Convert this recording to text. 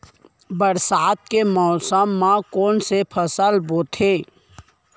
बरसात के मौसम मा कोन से फसल बोथे?